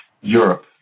Europe